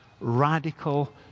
radical